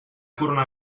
furono